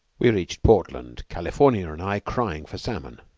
we reached portland, california and i crying for salmon,